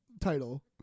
title